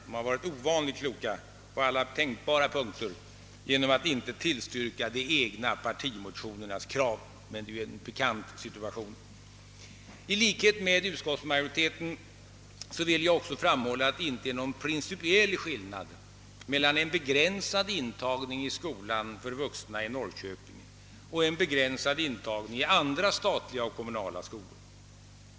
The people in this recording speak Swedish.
De har varit ovanligt kloka på alla tänkbara punkter genom att inte tillstyrka de egna partimotionernas krav. Men detta är ju en pikant situation. I likhet med utskottsmajoriteten vill jag också framhålla att det inte är nå gon principiell skillnad mellan en begränsad intagning i skolan för vuxna i Norrköping och en begränsad intagning i andra statliga och kommunala skolor.